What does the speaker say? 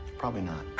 probably not.